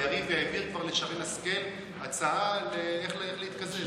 יריב העביר כבר לשרן השכל הצעה איך להתקזז.